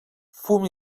fum